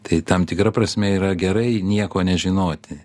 tai tam tikra prasme yra gerai nieko nežinoti